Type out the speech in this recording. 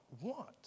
want